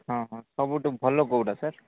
ହଁ ହଁ ସବୁଠୁ ଭଲ କୋଉଟା ସାର୍